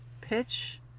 pitch